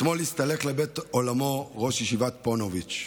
אתמול הסתלק לבית עולמו ראש ישיבת פוניבז',